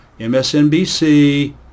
MSNBC